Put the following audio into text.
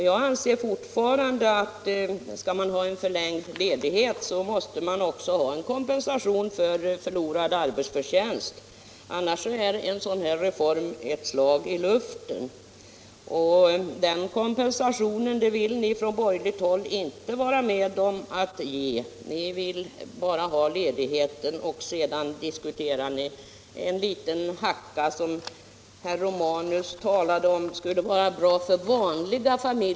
Jag anser fortfarande att om man skall ha en förlängd ledighet, måste man också få kompensation för förlorad arbetsförtjänst. Annars är en sådan reform ett slag i luften. Den kompensationen vill ni från borgerligt håll inte vara med om att ge. Ni vill bara ha ledigheten, och sedan diskuterar ni en liten hacka som herr Romanus talade om skulle vara bra för ”vanliga familjer”.